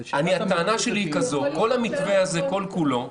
הטענה שלי היא שכל המתווה הזה, כל כולו,